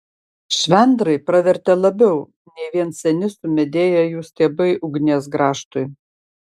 švendrai pravertė labiau nei vien seni sumedėję jų stiebai ugnies grąžtui